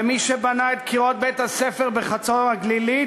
ומי שבנה את קירות בית-הספר בחצור-הגלילית